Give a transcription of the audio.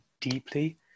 deeply